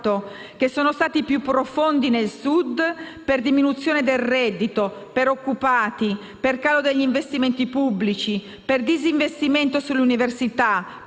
che sono stati più profondi nel Sud per diminuzione del reddito, per occupati, per calo degli investimenti pubblici, per disinvestimento nelle università,